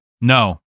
No